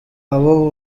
abo